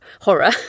horror